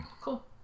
Cool